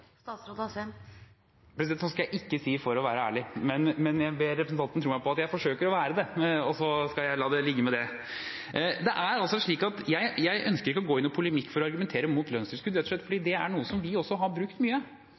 skal jeg ikke si «for å være ærlig», men jeg ber representanten tro meg på at jeg forsøker å være det, og så skal jeg la det ligge med det. Jeg ønsker ikke å gå i noen polemikk for å argumentere mot lønnstilskudd, rett og slett fordi det er noe vi også har brukt mye.